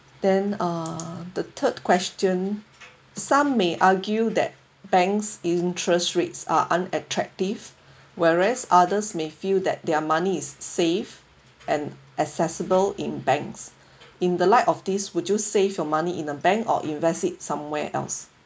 then uh the third question some may argue that bank's interest rates are unattractive whereas others may feel that their money is safe and accessible in banks in the light of this would you save your money in a bank or invest it somewhere else